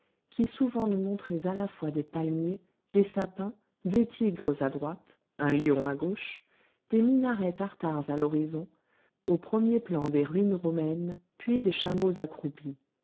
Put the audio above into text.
qui souvent nous montrez à la fois des palmiers des sapins des tigres à droite un lion à gauche des minarets tartares à l'horizon au premier plan des ruines romaines puis des chameaux accroupis